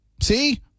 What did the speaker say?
See